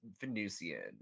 Venusian